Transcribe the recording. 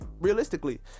realistically